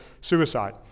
suicide